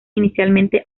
inicialmente